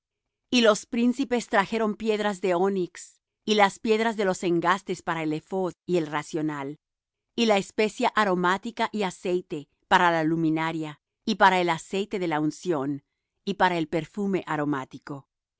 y los príncipes trajeron piedras de onix y las piedras de los engastes para el ephod y el racional y la especia aromática y aceite para la luminaria y para el aceite de la unción y para el perfume aromático